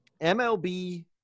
MLB